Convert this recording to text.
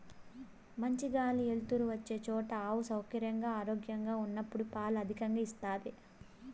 మంచి గాలి ఎలుతురు వచ్చే చోట ఆవు సౌకర్యంగా, ఆరోగ్యంగా ఉన్నప్పుడు పాలు అధికంగా ఇస్తాది